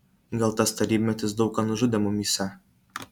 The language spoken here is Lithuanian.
gal tas tarybmetis daug ką nužudė mumyse